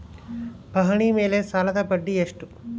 ಪಹಣಿ ಮೇಲೆ ಸಾಲದ ಬಡ್ಡಿ ಎಷ್ಟು?